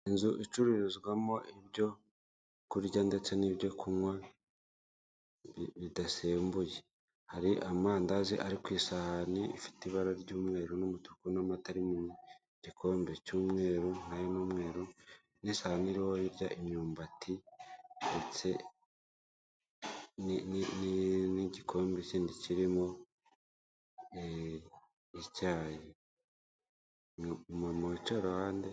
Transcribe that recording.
Inzu icururizwamo ibyo kurya ndetse n'ibyo kunywa bidasembiye, hari amandazi ari ku isahani ifite ibara ry'umweru n'umutuku n'amata ari mugikombe cy'umweru nayo ni umweru n'isahani iriho hirya imyumbati ndetse n'igikombe kindi kirimo icyayi umumama wicaye iruhande...